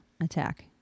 attack